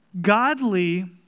Godly